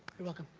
you're welcome.